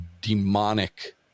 demonic